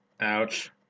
Ouch